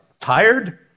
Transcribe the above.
Tired